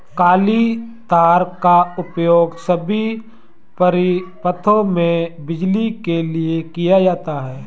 काली तार का उपयोग सभी परिपथों में बिजली के लिए किया जाता है